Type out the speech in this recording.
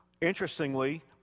Interestingly